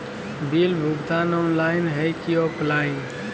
Bill भुगतान online है की ऑफलाइन?